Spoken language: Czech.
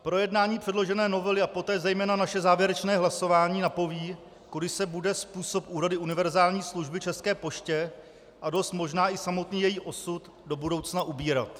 Projednání předložené novely a poté zejména naše závěrečné hlasování napoví, kudy se bude způsob úhrady univerzální služby České poště a dost možná i samotný její osud do budoucna ubírat.